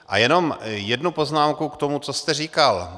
A jenom jednu poznámku k tomu, co jste říkal.